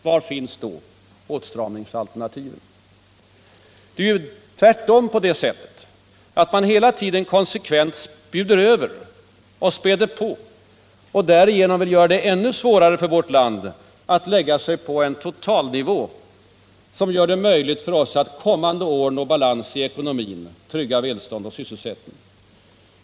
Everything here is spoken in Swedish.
Var finns då åtstramningsalternativen? Det är ju tvärtom på det sättet att man hela tiden konsekvent bjuder över och späder på och därmed vill göra det ännu svårare för vårt land att lägga sig på en totalnivå som gör det möjligt för oss att kommande år nå balans i ekonomin, att trygga välstånd och sysselsättning.